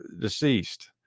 deceased